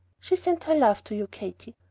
she sent her love to you, katy.